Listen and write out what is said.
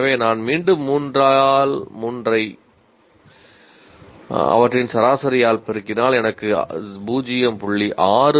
எனவே நான் மீண்டும் 3 ஆல் 3 ஐ அவற்றின் சராசரியால் பெருக்கினால் எனக்கு 0